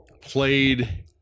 played